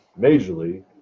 majorly